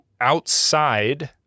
outside